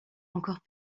encore